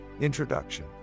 Introduction